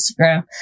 Instagram